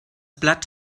blatt